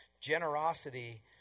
Generosity